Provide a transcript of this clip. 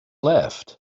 left